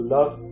Love